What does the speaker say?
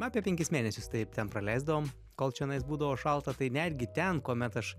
apie penkis mėnesius taip ten praleisdavom kol čionais būdavo šalta tai netgi ten kuomet aš